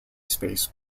space